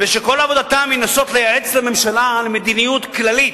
וכל עבודתם היא לנסות לייעץ לממשלה על מדיניות כללית,